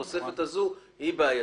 התוספת הזו היא בעייתית.